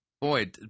boy